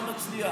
לא נצליח,